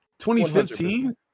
2015